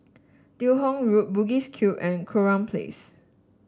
Teo Hong Road Bugis Cube and Kurau Place